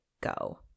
go